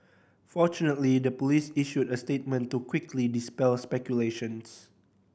fortunately the police issued a statement to quickly dispel speculations